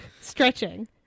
Stretching